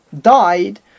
died